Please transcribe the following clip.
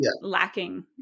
lacking